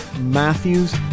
Matthews